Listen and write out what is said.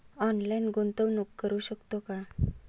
Online गुंतवणूक करू शकतो का?